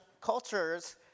cultures